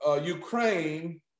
Ukraine